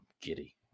giddy